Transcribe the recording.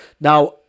Now